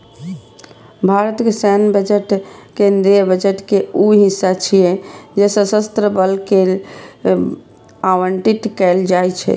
भारतक सैन्य बजट केंद्रीय बजट के ऊ हिस्सा छियै जे सशस्त्र बल कें आवंटित कैल जाइ छै